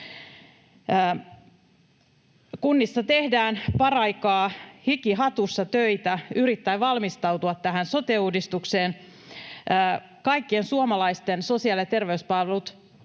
Kunnissa tehdään paraikaa hiki hatussa töitä yrittäen valmistautua tähän sote-uudistukseen. Kaikkien suomalaisten sosiaali- ja terveyspalvelut